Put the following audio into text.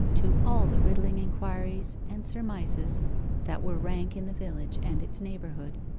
to all the riddling inquiries and surmises that were rank in the village and its neighbourhood.